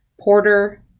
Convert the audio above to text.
porter